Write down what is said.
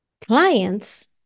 clients